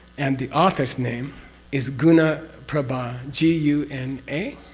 and the author's name is guna prabha. g u n a